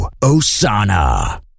Osana